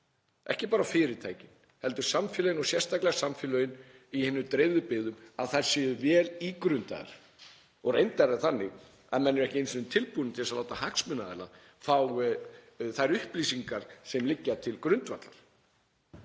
ekki bara á fyrirtækin heldur samfélögin og sérstaklega samfélögin í hinum dreifðu byggðum — séu vel ígrundaðar. Reyndar er það þannig að menn eru ekki einu sinni tilbúnir til að láta hagsmunaaðila fá þær upplýsingar sem liggja til grundvallar.